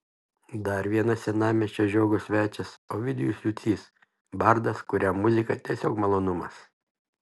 dar vienas senamiesčio žiogo svečias ovidijus jucys bardas kuriam muzika tiesiog malonumas